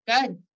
good